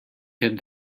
could